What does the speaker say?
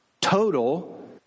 total